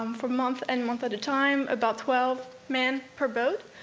um for month and month at a time, about twelve men per boat.